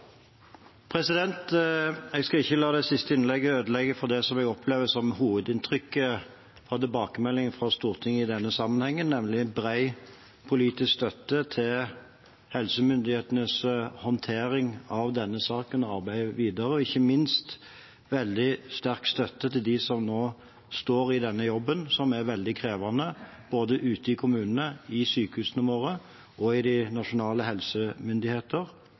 det som jeg opplever som hovedinntrykket av tilbakemeldingene fra Stortinget i denne sammenhengen, nemlig at det er bred politisk støtte til helsemyndighetenes håndtering av denne saken og arbeidet videre, ikke minst veldig sterk støtte til dem som nå står i denne jobben, som er veldig krevende, både ute i kommunene, i sykehusene våre og i de nasjonale